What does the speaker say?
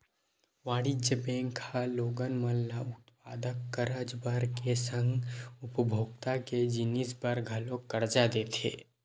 वाणिज्य बेंक ह लोगन मन ल उत्पादक करज बर के संग उपभोक्ता के जिनिस बर घलोक करजा देथे